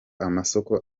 amasoko